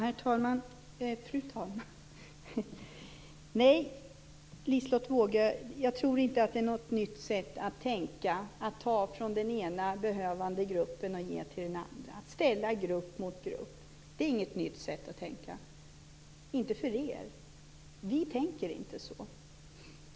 Fru talman! Nej, Liselotte Wågö, jag tror inte att det är något nytt sätt att tänka att ta från den ena behövande gruppen och ge till den andra. Att ställa grupp mot grupp är inte något nytt sätt att tänka - inte för er. Vi tänker inte så.